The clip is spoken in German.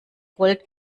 gold